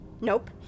Nope